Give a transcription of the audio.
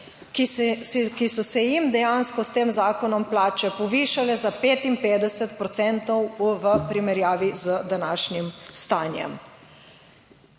ki so se jim dejansko s tem zakonom plače povišale za 55 procentov v primerjavi z današnjim stanjem.